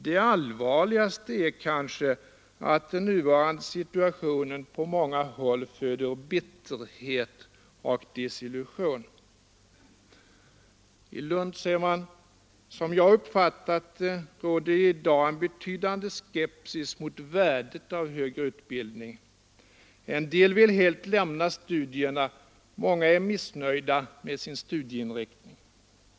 Det allvarligaste är kanske att den nuvarande situationen på många håll föder bitterhet och desillusion. I Lund säger man: Som jag uppfattar det råder i dag en betydande skepsis mot värdet av högre utbildning. En del vill helt lämna studierna. Många är missnöjda med sin studieinriktning.